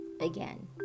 again